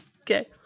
Okay